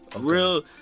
real